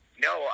no